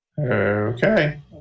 Okay